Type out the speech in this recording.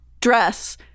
dress